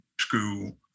school